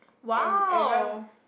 and everyone